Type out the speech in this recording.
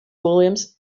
williams